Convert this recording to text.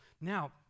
Now